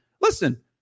listen